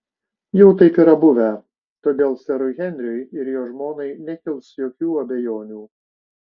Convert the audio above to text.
jau taip yra buvę todėl serui henriui ir jo žmonai nekils jokių abejonių